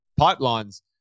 pipelines